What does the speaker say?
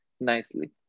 nicely